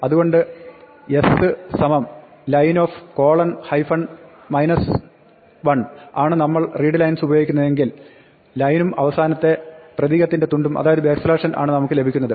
അതുകൊണ്ട് s line 1 ആണ് നമ്മൾ readlines ഉപയോഗിക്കുമ്പോൾ ലൈനും അവസാനത്തെ പ്രതീകത്തിന്റെ തുണ്ടും അതായത് n ആണ് നമുക്ക് ലഭിക്കുന്നത്